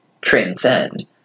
transcend